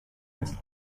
united